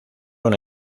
una